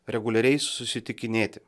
reguliariai susitikinėti